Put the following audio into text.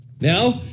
now